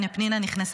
הינה, פנינה נכנסה.